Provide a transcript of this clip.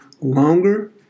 longer